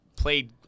Played